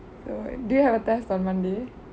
oh do you have a test on monday